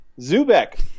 Zubek